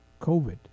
COVID